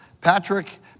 patrick